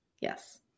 Yes